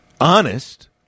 honest